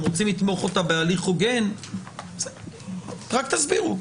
אתם רוצים לתמוך אותה בהליך הוגן, רק תסבירו.